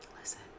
Listen